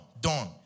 done